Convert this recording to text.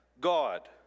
God